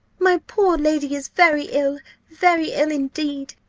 my poor lady is very ill very ill, indeed.